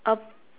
a